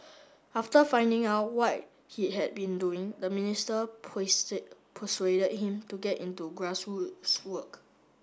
after finding out what he had been doing the minister persuaded him to get into grass roots work